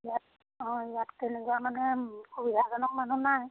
ইয়াত অঁ ইয়াত কেনেকুৱা মানে সুবিধাজনক মানুহ নাই